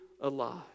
alive